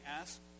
ask